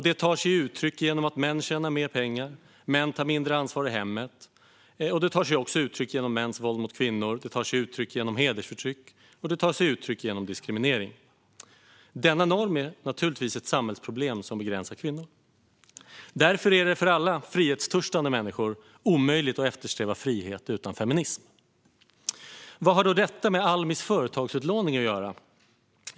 Det tar sig uttryck genom att män tjänar mer pengar och tar mindre ansvar i hemmet. Det tar sig också uttryck genom mäns våld mot kvinnor. Det tar sig uttryck genom hedersförtryck. Och det tar sig uttryck genom diskriminering. Denna norm är ett samhällsproblem som begränsar kvinnor. Därför är det för alla frihetstörstande människor omöjligt att eftersträva frihet utan feminism. Vad har då detta med Almis företagsutlåning att göra?